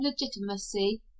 legitimacy